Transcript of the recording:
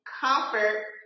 comfort